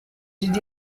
did